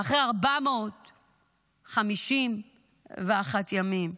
אחרי 451 ימים.